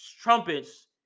trumpets